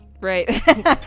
Right